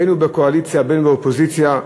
בין בקואליציה ובין באופוזיציה,